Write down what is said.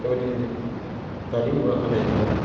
दा बिदिनो दानि मुगाखौ लायोब्ला